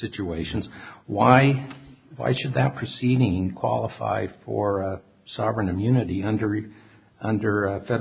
situations why why should that proceeding qualify for sovereign immunity hundred under federal